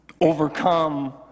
overcome